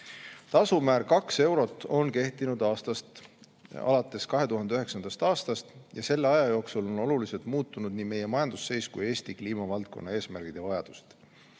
Tasumäär 2 eurot on kehtinud alates 2009. aastast ja selle aja jooksul on oluliselt muutunud nii meie majandusseis kui ka Eesti kliimavaldkonna eesmärgid ja vajadused.